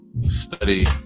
study